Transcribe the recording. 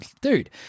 Dude